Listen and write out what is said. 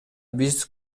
биз